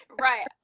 Right